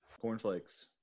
Cornflakes